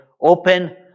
open